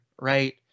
right